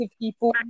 people